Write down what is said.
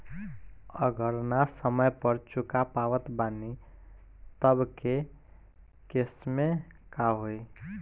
अगर ना समय पर चुका पावत बानी तब के केसमे का होई?